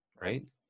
right